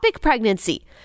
pregnancy